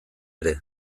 ere